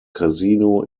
casino